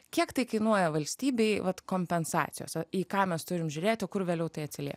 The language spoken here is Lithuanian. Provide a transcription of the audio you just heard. kiek tai kainuoja valstybei vat kompensacijos o į ką mes turime žiūrėti kur vėliau tai atsilieps